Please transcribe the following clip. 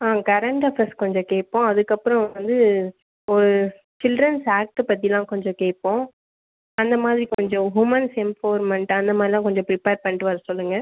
ஆ current affairs கொஞ்சம் கேட்போம் அதுக்கப்புறம் வந்து ஒரு சில்ட்ரன்ஸ் ஆக்ட்டு பற்றிலாம் கொஞ்சம் கேட்போம் அந்தமாதிரி கொஞ்சம் உமன்ஸ் எம்பவர்மெண்ட் அந்த மாதிரிலாம் கொஞ்சம் ப்ரிப்பேர் பண்ணிட்டு வர சொல்லுங்கள்